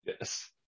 Yes